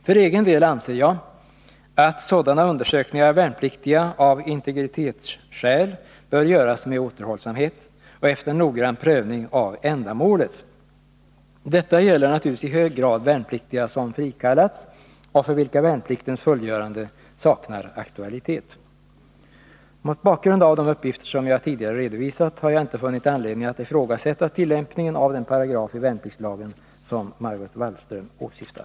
För egen del anser jag att sådana undersökningar av värnpliktiga av integritetsskäl bör göras med återhållsamhet och efter noggrann prövning av ändamålet. Detta gäller naturligtvis i hög grad värnpliktiga som frikallats och för vilka värnpliktens fullgörande saknar aktualitet. Mot bakgrund av de uppgifter som jag tidigare redovisat har jag inte funnit anledning att ifrågasätta tillämpningen av den paragraf i värnpliktslagen som Margot Wallström åsyftar.